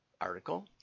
article